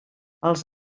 els